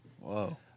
Whoa